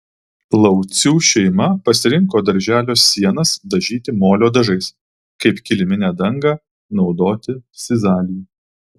laucių šeima pasirinko darželio sienas dažyti molio dažais kaip kiliminę dangą naudoti sizalį